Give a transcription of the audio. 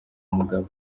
mugabo